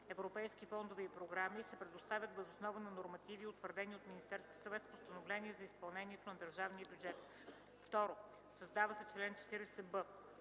европейски фондове и програми и се предоставят въз основа на нормативи, утвърдени от Министерския съвет с постановлението за изпълнението на държавния бюджет.” 2. Създава се чл. 40б: